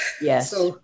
Yes